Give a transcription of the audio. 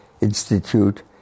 institute